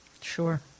Sure